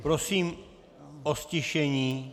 Prosím o ztišení.